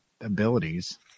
abilities